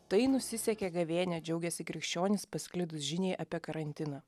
tai nusisekė gavėnia džiaugėsi krikščionis pasklidus žiniai apie karantiną